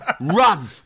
Run